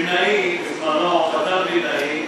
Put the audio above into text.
וילנאי, בזמנו, מתן וילנאי,